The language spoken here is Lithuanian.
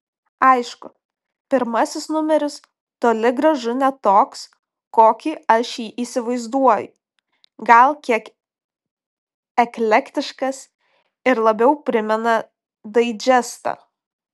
aišku pirmasis numeris toli gražu ne toks kokį aš jį įsivaizduoju gal kiek eklektiškas ir labiau primena daidžestą